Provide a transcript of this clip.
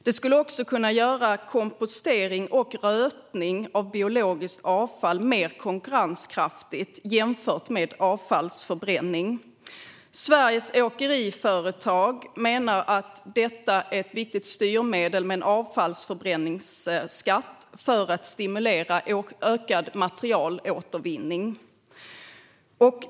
Det skulle också kunna göra kompostering och rötning av biologiskt avfall mer konkurrenskraftigt jämfört med avfallsförbränning. Sveriges Åkeriföretag menar att en avfallsförbränningsskatt är ett viktigt styrmedel för att stimulera ökad materialåtervinning.